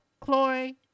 Chloe